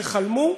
שחלם,